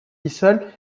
isle